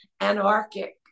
anarchic